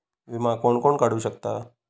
विमा कोण कोण काढू शकता?